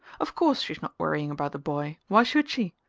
of course she's not worrying about the boy why should she?